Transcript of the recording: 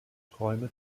träume